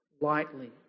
lightly